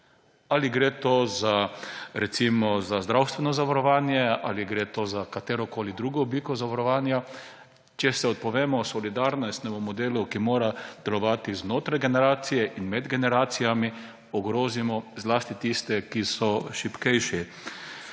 Ali gre recimo za zdravstveno zavarovanje ali gre za katerokoli drugo obliko zavarovanja, če se odpovemo solidarnostnemu modelu, ki mora delovati znotraj generacije in med generacijami, ogrozimo zlasti tiste, ki so šibkejši.